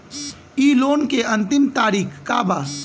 इ लोन के अन्तिम तारीख का बा?